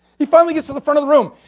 he finally get to the front of the room.